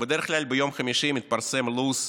בדרך כלל ביום חמישי מתפרסם לו"ז